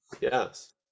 Yes